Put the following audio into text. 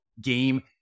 game